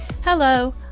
Hello